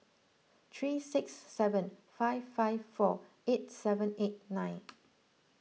three six seven five five four eight seven eight nine